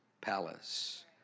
palace